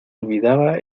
olvidaba